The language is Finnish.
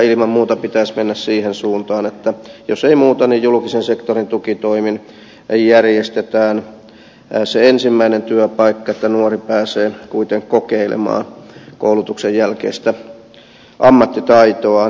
ilman muuta pitäisi mennä siihen suuntaan että jos ei muuta niin julkisen sektorin tukitoimin järjestetään se ensimmäinen työpaikka että nuori pääsee kuitenkin kokeilemaan koulutuksen jälkeistä ammattitaitoaan